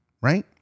right